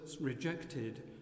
rejected